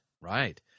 Right